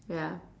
ya